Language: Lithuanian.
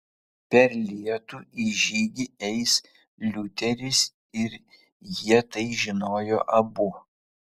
per lietų į žygį eis liuteris ir jie tai žinojo abu